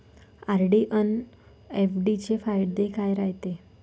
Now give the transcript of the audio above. RD अन FD चे फायदे काय रायते?